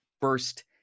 first